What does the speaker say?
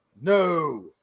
No